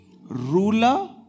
ruler